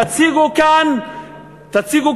תציגו כאן תורה,